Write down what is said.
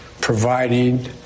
providing